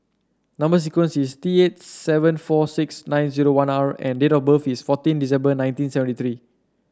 number sequence is T eight seven four six nine zero one R and date of birth is fourteen December nineteen seventy three